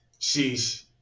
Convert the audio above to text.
Sheesh